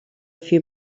few